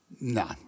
No